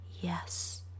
yes